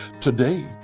Today